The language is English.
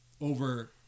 over